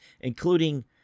including